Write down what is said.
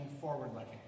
forward-looking